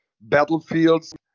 battlefields